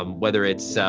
um whether it's so